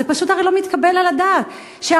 זה פשוט הרי לא מתקבל על הדעת שהחשכ"ל,